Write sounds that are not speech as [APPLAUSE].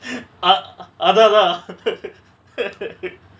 [BREATH] ah அதா அதா:atha atha [LAUGHS]